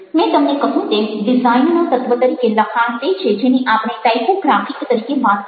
મેં તમને કહ્યું તેમ ડિઝાઇનના તત્વ તરીકે લખાણ તે છે જેની આપણે ટાઇપોગ્રાફિક તરીકે વાત કરીશું